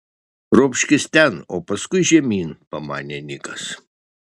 ropškis ten o paskui žemyn pamanė nikas